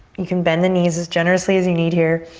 you can bend the knees as generously as you need here.